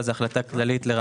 בגלל שזה בהחלטת ממשלה,